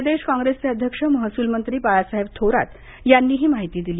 प्रदेश कॉंग्रेसचे अध्यक्ष महसूलमंत्री बाळासाहेब थोरात यांनी ही माहिती दिली